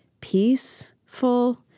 peaceful